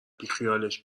بیخیالش